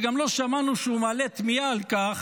וגם לא שמענו שהוא מעלה תמיהה על כך